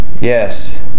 Yes